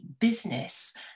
business